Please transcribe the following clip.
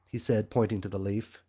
he said, pointing to the leaf,